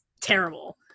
terrible